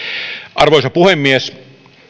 arvoisa puhemies